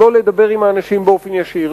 לא לדבר עם האנשים באופן ישיר,